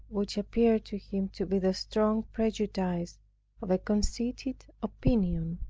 which appeared to him to be the strong prejudice of a conceited opinion,